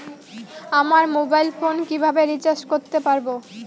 আমার mobile phone কিভাবে recharge করতে পারব?